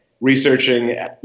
researching